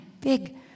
big